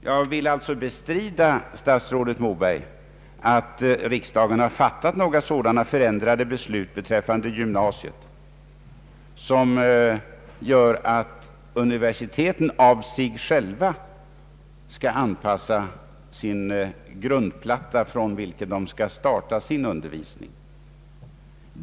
Jag vill alltså bestrida, statsrådet Moberg, att riksdagen har fattat några sådana förändrade beslut beträffande gymnasiet som gör att universiteten av sig själva skall anpassa den grundplatta från vilken studenterna skall starta sin undervisning.